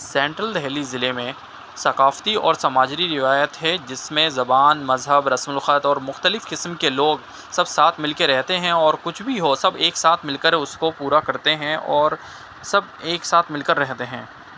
central Delhi ضلعے میں ثقافتی اور سماجری روایت ہے جس میں زبان مذہب رسم الخط اور مختلف قسم کے لوگ سب ساتھ مل کے رہتے ہیں اور کچھ بھی ہو سب ایک ساتھ مل کر اس کو پورا کرتے ہیں اور سب ایک ساتھ مل کر رہتے ہیں